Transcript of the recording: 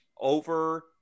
over